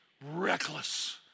reckless